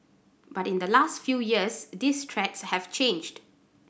but in the last few years these threats have changed